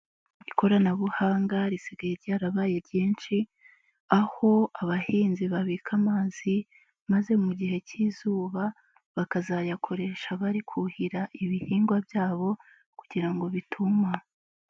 Ikoranabuhanga risigaye ryarabaye ryinshi, aho abahinzi babika amazi maze mu gihe cy'izuba bakazayakoresha bari kuhira ibihingwa byabo kugira ngo bituma.